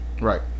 Right